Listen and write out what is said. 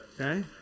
okay